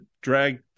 drag